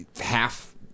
half